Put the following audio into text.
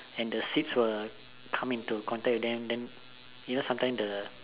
and the seeds were come into contact with them then you know sometimes the